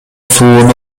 сууну